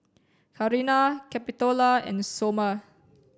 Karina Capitola and Somer